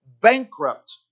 bankrupt